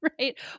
right